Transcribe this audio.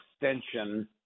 extension